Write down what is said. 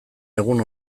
egun